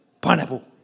Pineapple